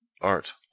Art